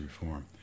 reform